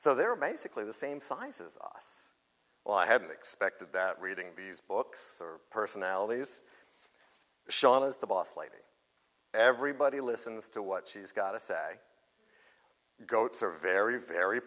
so they're basically the same size as us well i hadn't expected that reading these books or personalities sean as the boss lady everybody listens to what she's got to say goats are very very